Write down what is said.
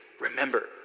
Remember